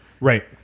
Right